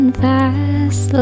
fast